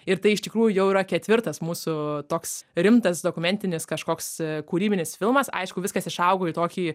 ir tai iš tikrųjų jau yra ketvirtas mūsų toks rimtas dokumentinis kažkoks kūrybinis filmas aišku viskas išaugo į tokį